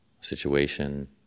situation